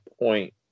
point